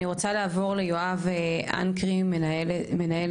אני רוצה לעבור ליואב אנקרי, מנהל